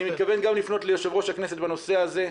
אני מתכוון לפנות גם ליושב ראש הכנסת בנושא הזה.